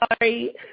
sorry